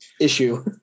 issue